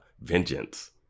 vengeance